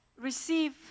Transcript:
receive